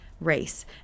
race